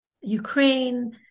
Ukraine